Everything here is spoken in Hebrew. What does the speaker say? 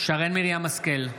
שרן מרים השכל,